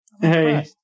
hey